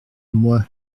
moi